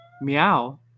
meow